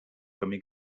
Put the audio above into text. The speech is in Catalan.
camí